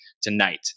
tonight